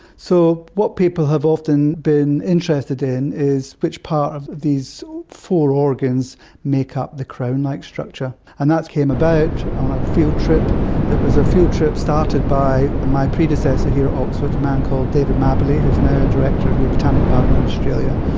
so what people have often been interested in is which part of these four organs make up the crown-like structure, and that came about on a field trip that was a field trip started by my predecessor here at oxford, a man called david mabberley who is now ah director of your botanic garden in australia.